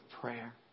prayer